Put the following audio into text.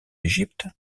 égypte